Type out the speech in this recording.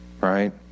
right